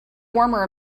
warmer